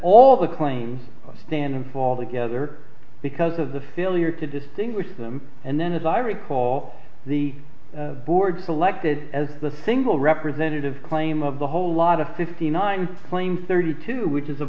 all the claims stand and fall together because of the failure to distinguish them and then as i recall the board selected as the single representative claim of the whole lot of fifty nine claims thirty two which is a